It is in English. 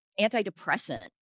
antidepressant